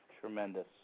Tremendous